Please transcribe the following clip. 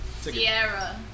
Sierra